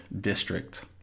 district